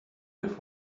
have